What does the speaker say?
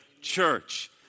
church